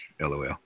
LOL